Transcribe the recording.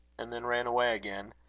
and then ran away again.